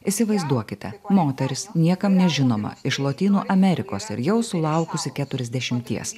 įsivaizduokite moteris niekam nežinoma iš lotynų amerikos ir jau sulaukusi keturiasdešimties